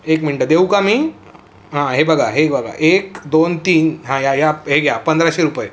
एक मिनटं देऊ का मी हां हे बघा हे बघा एक दोन तीन हां या या हे घ्या पंधराशे रुपये